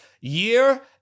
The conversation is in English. year